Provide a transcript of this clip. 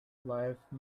life